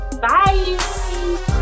Bye